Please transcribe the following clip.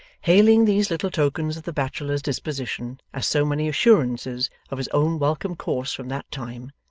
hailing these little tokens of the bachelor's disposition as so many assurances of his own welcome course from that time,